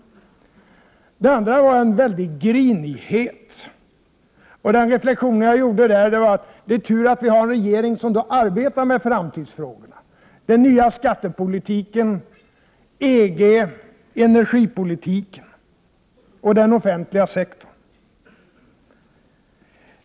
1 februari 1989 Det andra intrycket jag får är den väldiga grinigheten, och den reflexion jag gjorde var att det är tur att vi har en regering som arbetar med framtidsfrågorna: den nya skattepolitiken, EG, energipolitiken och den offentliga sektorn.